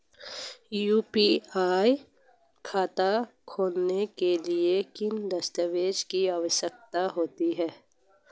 UPI खाता खोलने के लिए किन दस्तावेज़ों की आवश्यकता होती है?